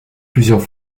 plusieurs